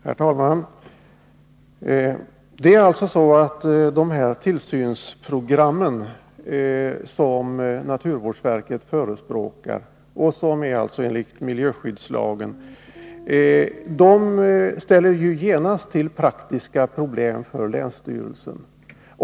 Herr talman! Det är alltså så att de tillsynsprogram som naturvårdsverket förespråkar, och som skall finnas enligt miljöskyddslagen, genast ställer till praktiska problem för länsstyrelsen.